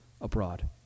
abroad